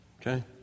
Okay